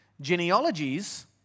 genealogies